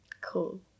cool